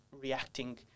reacting